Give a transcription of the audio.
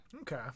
Okay